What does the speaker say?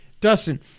Dustin